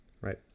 right